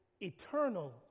eternal